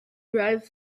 dive